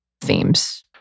themes